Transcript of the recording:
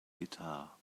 guitar